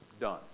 Done